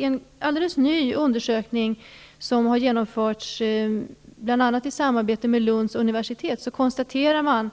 I en ny undersökning, som har genomförts bl.a. i samarbete med Lunds universitet, konstaterar man